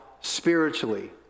spiritually